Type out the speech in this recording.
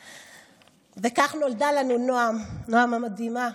כך נולדה לנו נעם, נעם המדהימה,